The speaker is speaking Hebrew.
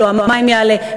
ולא מחיר המים יעלה,